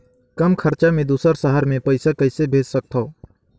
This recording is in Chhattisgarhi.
कम खरचा मे दुसर शहर मे पईसा कइसे भेज सकथव?